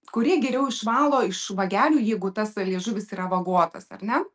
kurie geriau išvalo iš vagelių jeigu tas liežuvis yra vagotas ar ne